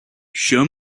show